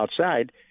outside